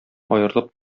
аерылып